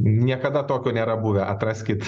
niekada tokio nėra buvę atraskit